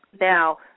Now